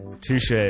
Touche